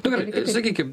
nu gerai sakykim